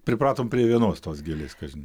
pripratom prie vienos tos gėlės kažin